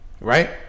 right